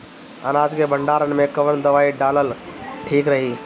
अनाज के भंडारन मैं कवन दवाई डालल ठीक रही?